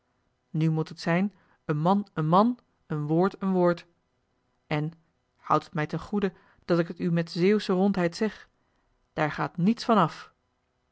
nu moet het zijn een man een man een woord een woord en houd het mij ten goedde dat ik het u met zeeuwsche rondheid zeg daar gaat niets van af